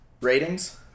Ratings